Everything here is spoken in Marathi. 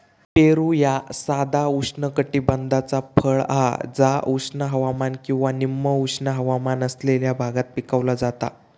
पेरू ह्या साधा उष्णकटिबद्धाचा फळ हा जा उष्ण हवामान किंवा निम उष्ण हवामान असलेल्या भागात पिकवला जाता